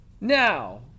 Now